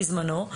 בזמנו,